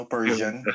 Persian